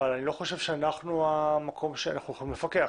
אני לא חושב שאנחנו המקום שיכול לפקח.